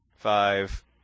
five